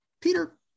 Peter